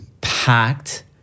packed